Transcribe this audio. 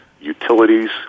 utilities